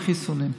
לגבי החיסונים,